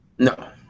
No